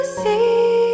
see